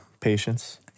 patience